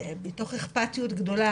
מתוך אכפתיות גדולה,